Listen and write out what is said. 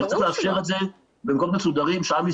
בחלק הצפוני של חוף קצא"א,